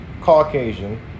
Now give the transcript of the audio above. Caucasian